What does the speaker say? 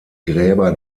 gräber